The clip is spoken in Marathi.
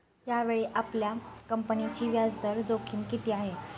यावेळी आपल्या कंपनीची व्याजदर जोखीम किती आहे?